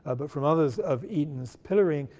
ah but from others, of eaton's pillorying,